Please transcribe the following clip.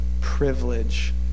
privilege